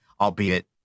albeit